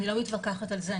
אני לא מתווכחת על זה.